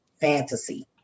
fantasy